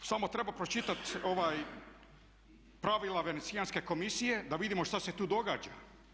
Samo treba pročitati pravila Venecijanske komisije da vidimo šta se tu događa.